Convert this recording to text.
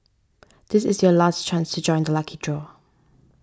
this is your last chance to join the lucky draw